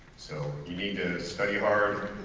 so you need to study hard,